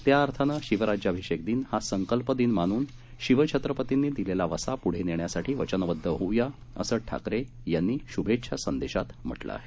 त्याअर्थाने शिवराज्याभिषेक दिन हा संकल्प दिन मानून शिवछत्रपतींनी दिलेला वसा पुढे नेण्यासाठी वचनबद्ध होऊ या असं ठाकरे यांनी शुभेच्छा संदेशात म्हटलं आहे